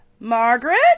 Margaret